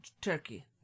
turkey